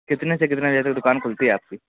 کتنے سے کتنے بجے تک دکان کھلتی ہے آپ کی